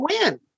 win